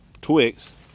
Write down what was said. Twix